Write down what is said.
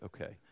okay